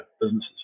businesses